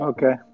Okay